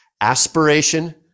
aspiration